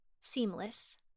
seamless